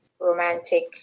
romantic